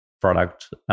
product